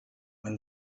when